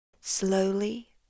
Slowly